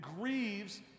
grieves